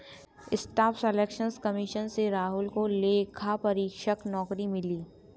staff selection commission से राहुल को लेखा परीक्षक नौकरी मिली